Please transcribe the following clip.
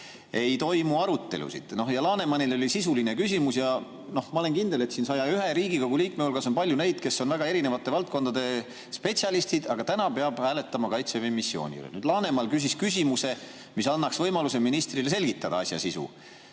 ei toimu arutelusid. Lanemanil oli sisuline küsimus. Ja ma olen kindel, et siin 101 Riigikogu liikme hulgas on palju neid, kes on väga erinevate valdkondade spetsialistid, aga täna peab hääletama Kaitseväe missiooni üle. Laneman küsis küsimuse, mis andis ministrile võimaluse selgitada asja sisu.